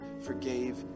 forgave